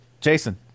Jason